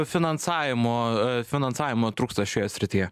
finansavimo finansavimo trūksta šioje srityje